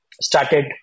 started